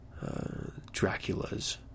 Draculas